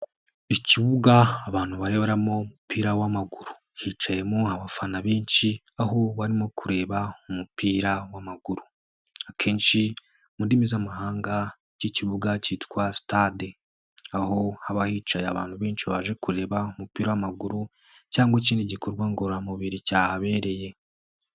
Ikibuga abantu bareberamo umupira w'amaguru hicayemo abafana benshi, aho barimo kureba umupira w'amaguru akenshi mu ndimi z'amahanga. Iki kibuga cyitwa stade aho haba hicaye abantu benshi baje kureba umupira w'amaguru cyangwa ikindi gikorwa ngororamubiri cyahabereye.